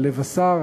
על לב השר,